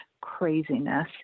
craziness